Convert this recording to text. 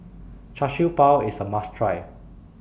Char Siew Bao IS A must Try